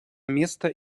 место